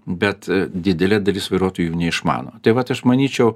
bet didelė dalis vairuotojų neišmano taip vat aš manyčiau